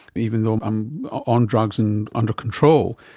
even though i'm on drugs and under control.